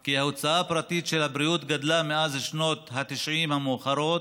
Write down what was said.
כי ההוצאה הפרטית על הבריאות גדלה מאז שנות ה-90 המאוחרות: